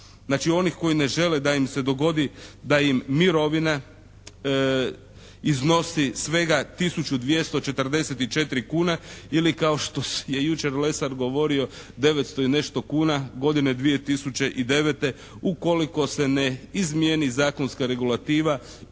znači onih koji ne žele da im se dogodi da im mirovina iznosi svega tisuću 244 kune ili kao što je jučer Lesar govorio 900 i nešto kuna godine 2009. ukoliko se ne izmijeni zakonska regulativa